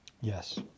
Yes